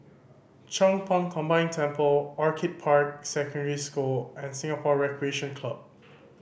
Chong Pang Combined Temple Orchid Park Secondary School and Singapore Recreation Club